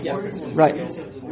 right